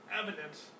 evidence